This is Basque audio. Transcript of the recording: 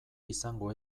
izango